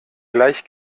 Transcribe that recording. gleich